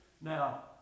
Now